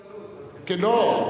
לא.